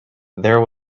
there